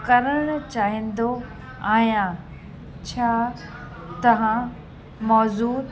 करणु चाहींदो आहियां छा तव्हां मौज़ूद